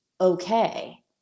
okay